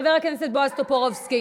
חבר הכנסת בועז טופורובסקי,